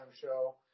show